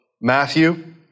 Matthew